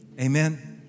Amen